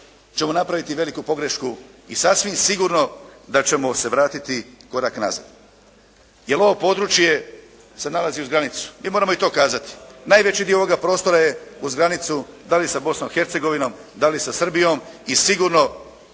ćemo napraviti veliku pogrešku i sasvim sigurno da ćemo se vratiti korak nazad. Jer ovo područje se nalazi uz granicu. Mi moramo i to kazati. Najveći dio ovoga prostora je uz granicu da li sa Bosnom i Hercegovinom, da li sa Srbijom i sigurno